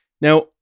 Now